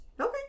Okay